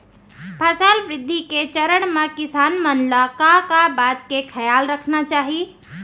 फसल वृद्धि के चरण म किसान मन ला का का बात के खयाल रखना चाही?